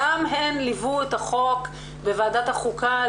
גם הן ליוו את החוק בוועדת החוקה.